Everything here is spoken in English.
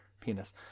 penis